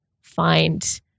find